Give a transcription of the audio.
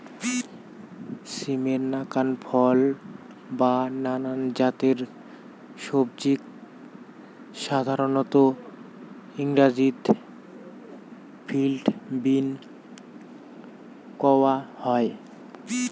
সিমের নাকান ফল বা নানান জাতের সবজিক সাধারণত ইংরাজিত ফিল্ড বীন কওয়া হয়